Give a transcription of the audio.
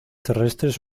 terrestres